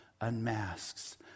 unmasks